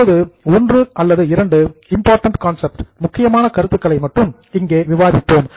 இப்போது ஒன்று அல்லது இரண்டு இம்போர்ட்டண்ட் கான்சப்ட்ஸ் முக்கியமான கருத்துக்களை மட்டும் இங்கே விவாதிப்போம்